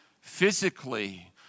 physically